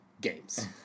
games